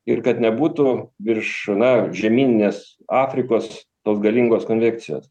ir kad nebūtų virš na žemyninės afrikos tos galingos konvekcijos